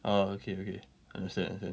orh okay okay understand